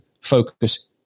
focus